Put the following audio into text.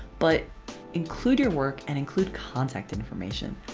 but include your work and include contact information.